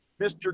Mr